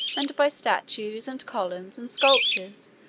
and by statues, and columns, and sculptures,